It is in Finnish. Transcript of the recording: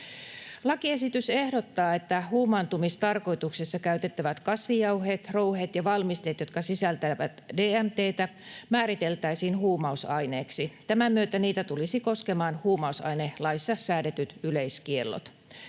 Lakiesitys ehdottaa, että huumaantumistarkoituksessa käytettävät kasvijauheet, ‑rouheet ja ‑valmisteet, jotka sisältävät DMT:tä, määriteltäisiin huumausaineiksi. Tämän myötä niitä tulisivat koskemaan huumausainelaissa säädetyt yleiskiellot.